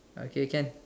okay can